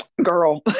Girl